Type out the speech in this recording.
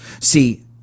See